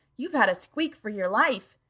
you've had a squeak for your life!